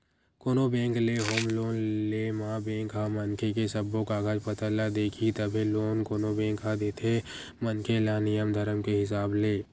कोनो बेंक ले home loan ले म बेंक ह मनखे के सब्बो कागज पतर ल देखही तभे लोन कोनो बेंक ह देथे मनखे ल नियम धरम के हिसाब ले